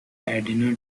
edna